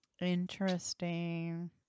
Interesting